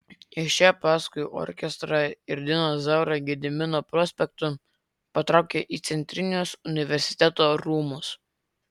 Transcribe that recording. iš čia paskui orkestrą ir diną zaurą gedimino prospektu patraukė į centrinius universiteto rūmus